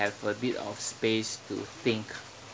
a bit of space to think